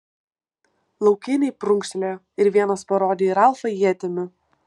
laukiniai prunkštelėjo ir vienas parodė į ralfą ietimi